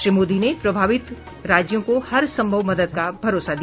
श्री मोदी ने प्रभावित राज्यों को हरसंभव मदद का भरोसा दिया